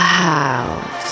house